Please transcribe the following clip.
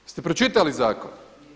Jeste pročitali zakon?